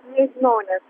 nežinau net